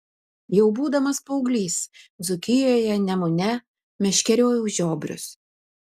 jau būdamas paauglys dzūkijoje nemune meškeriojau žiobrius